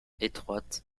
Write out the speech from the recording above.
étroites